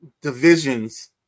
divisions